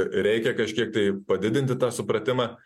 reikia kažkiek tai padidinti tą supratimą